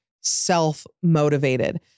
self-motivated